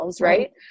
right